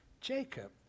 Jacob